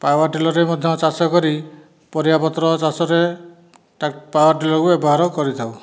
ପାୱାରଟିଲରରେ ମଧ୍ୟ ଚାଷ କରି ପରିବା ପତ୍ର ଚାଷରେ ପାୱାରଟିଲରକୁ ବ୍ୟବହାର କରିଥାଉ